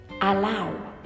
allow